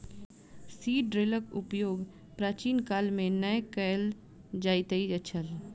seed ड्रीलक उपयोग प्राचीन काल मे नै कय ल जाइत छल